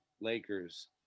Lakers